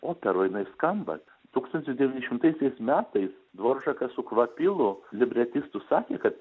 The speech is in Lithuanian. operoj jinai skamba tūkstantis devyni šimtaisiais metais dvoržakas su kvapilu libretistu sakė kad